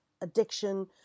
addiction